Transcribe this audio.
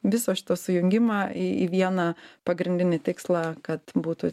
viso šito sujungimą į į vieną pagrindinį tikslą kad būtų